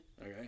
Okay